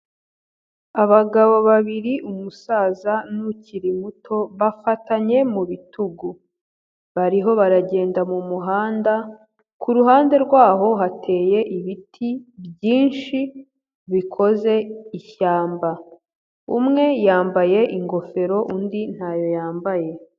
Abagabo babiri; umusaza n'ukiri muto, bafatanye mu bitugu. Bariho baragenda mu muhanda, ku ruhande rwaho hateye ibiti byinshi bikoze ishyamba. Umwe yambaye ingofero, undi ntayo yambaye.